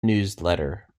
newsletter